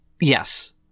Yes